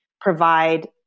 provide